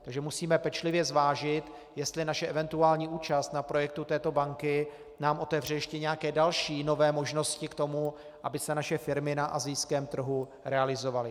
Takže musíme pečlivě zvážit, jestli naše eventuální účast na projektu této banky nám otevře ještě nějaké další nové možnosti k tomu, aby se naše firmy na asijském trhu realizovaly.